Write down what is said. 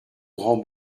grand